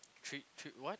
treat treat what